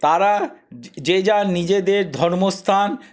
তারা যে যার নিজেদের ধর্মস্থান